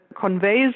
conveys